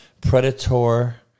predator